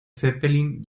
zeppelin